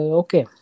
okay